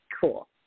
cool